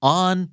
on